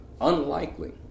unlikely